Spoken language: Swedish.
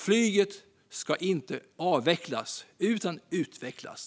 Flyget ska inte avvecklas, utan utvecklas.